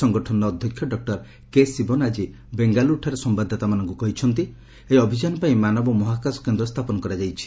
ସଂଗଠନର ଅଧ୍ୟକ୍ଷ doctor K Sivan ଆଜି ବେଙ୍ଗାଲ୍ରରଠାରେ ସମ୍ଭାଦଦାତାମାନଙ୍କୁ କହିଛନ୍ତି ଏହି ଅଭିଯାନ ପାଇଁ ମାନବ ମହାକାଶ କେନ୍ଦ୍ର ସ୍ଥାପନ କରାଯାଇଛି